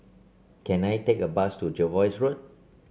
can I take a bus to Jervois Road